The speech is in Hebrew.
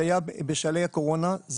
זה היה בשלהי הקורונה.